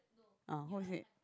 ah what is it